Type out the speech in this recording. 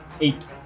Eight